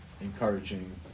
encouraging